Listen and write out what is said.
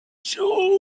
saw